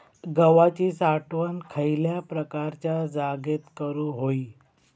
गव्हाची साठवण खयल्या प्रकारच्या जागेत करू होई?